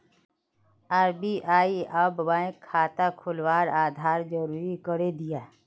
RBI अब bank खाता खुलवात आधार ज़रूरी करे दियाः